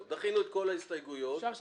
הצבעה בעד, 2 נגד, 3 נמנעים,